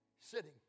sitting